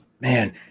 man